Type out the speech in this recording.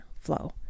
flow